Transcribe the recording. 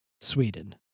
Sweden